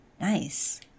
Nice